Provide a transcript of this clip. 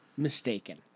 mistaken